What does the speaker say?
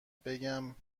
بگم